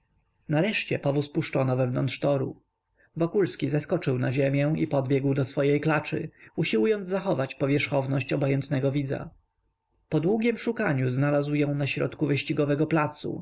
nareszcie powóz puszczono wewnątrz toru wokulski zeskoczył na ziemię i pobiegł do swej klaczy usiłując zachować powierzchowność obojętnego widza po długiem szukaniu znalazł ją na środku wyścigowego placu